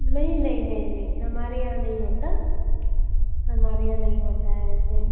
नहीं नहीं नहीं नहीं हमारे यहाँ नहीं होता हमारे यहाँ नहीं होता है ऐसे